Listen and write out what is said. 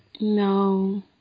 no